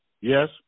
Yes